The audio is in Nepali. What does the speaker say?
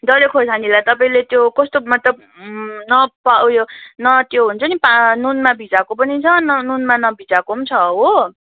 डल्ले खोर्सानीलाई तपाईँले त्यो कस्तो मतलब न ऊ यो न त्यो हुन्छ नि पा नुनमा भिजाएको पनि छ नुनमा नभिजाएको पनि छ हो